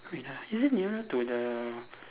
wait ah is it nearer to the